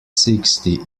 sixty